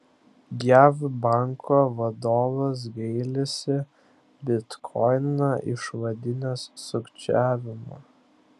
jav banko vadovas gailisi bitkoiną išvadinęs sukčiavimu